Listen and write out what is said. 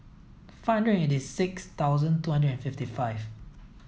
five hundred eighty six thousand twenty and fifty five